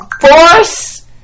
force